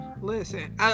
Listen